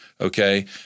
okay